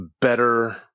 better